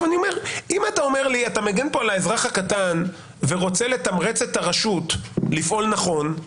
אם אתה מגן פה על האזרח הקטן ורוצה לתמרץ את הרשות לפעול נכון,